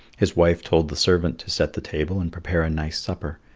his wife told the servant to set the table and prepare a nice supper,